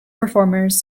performers